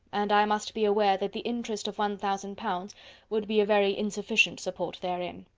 and i must be aware that the interest of one thousand pounds would be a very insufficient support therein.